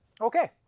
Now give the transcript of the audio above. okay